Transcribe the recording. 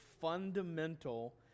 fundamental